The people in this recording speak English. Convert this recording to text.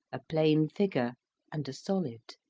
a plane figure and a solid.